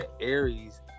Aries